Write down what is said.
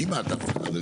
כמעט אף אחד,